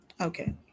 Okay